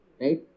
right